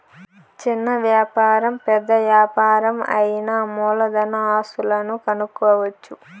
చిన్న వ్యాపారం పెద్ద యాపారం అయినా మూలధన ఆస్తులను కనుక్కోవచ్చు